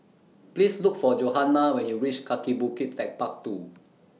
Please Look For Johannah when YOU REACH Kaki Bukit Techpark two